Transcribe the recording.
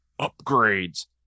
upgrades